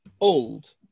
old